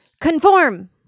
conform